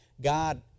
God